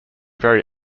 very